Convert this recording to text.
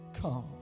Come